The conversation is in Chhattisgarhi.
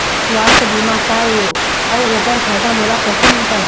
सुवास्थ बीमा का ए अउ ओकर फायदा मोला कैसे मिल पाही?